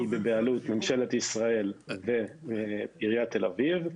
היא בבעלות ממשלת ישראל ועירית תל אביב.